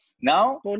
Now